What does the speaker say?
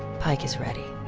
pike is ready.